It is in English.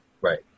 Right